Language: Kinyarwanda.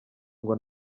ngo